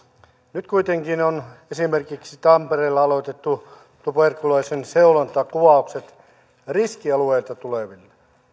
nyt kuitenkin on esimerkiksi tampereella aloitettu tuberkuloosin seulontakuvaukset riskialueilta tuleville